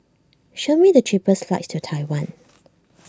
show me the cheapest flights to Taiwan